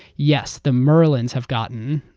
yes, the merlins have gotten